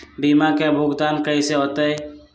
बीमा के भुगतान कैसे होतइ?